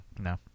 No